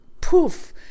poof